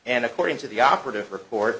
and according to the operative report